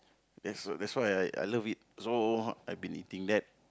that's why I love it so I have been eating that